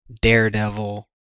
daredevil